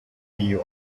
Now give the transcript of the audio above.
you